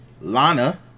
Lana